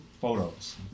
photos